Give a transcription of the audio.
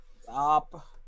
Stop